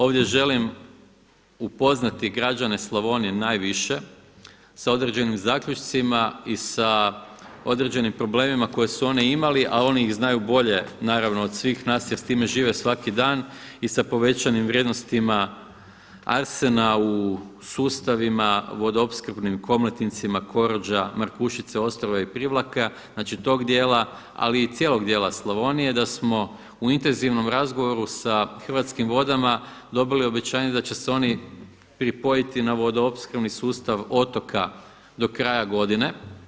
Ovdje želim upoznati građane Slavonije najviše sa određenim zaključcima i sa određenim problemima koje su oni imali, a oni ih znaju bolje naravno od svih nas jer s time žive svaki dan i sa povećanim vrijednostima arsena u sustavima vodoopskrbnim Komletincima, Korođa, Markušica, Ostrova i Privlaka, znači tog dijela ali i cijelog dijela Slavonije da smo u intenzivnom razgovoru sa Hrvatskim vodama dobili obećanje da će se oni pripojiti na vodoopskrbni sustav otoka do kraja godine.